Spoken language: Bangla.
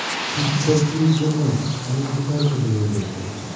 উত্সবগুলির জন্য আমি কোথায় ছোট ঋণ পেতে পারি?